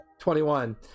21